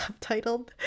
subtitled